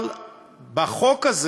אבל בחוק הזה